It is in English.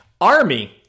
Army